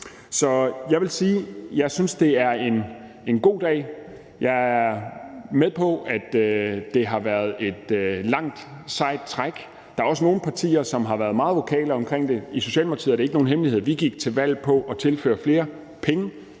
Så jeg vil sige, at jeg synes, det er en god dag. Jeg er med på, at det har været et langt, sejt træk. Og der er også nogle partier, som har været meget vokale omkring det. I Socialdemokratiet er det ikke nogen hemmelighed, at vi gik til valg på at tilføre flere penge